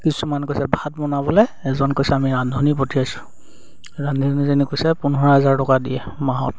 কিছুমান কৈছে ভাত বনাবলে এজন কৈছে আমি ৰান্ধনী পঠিয়াইছোঁ ৰান্ধনীজনী কৈছে পোন্ধৰ হাজাৰ টকা দিয়ে মাহত